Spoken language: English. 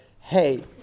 hey